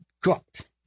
cooked